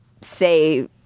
say